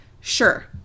Sure